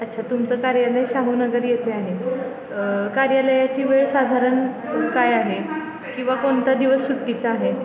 अच्छा तुमचं कार्यालय शाहू नगर येथे आहे कार्यालयाची वेळ साधारण काय आहे किंवा कोणता दिवस सुट्टीचा आहे